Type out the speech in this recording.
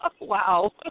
Wow